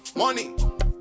money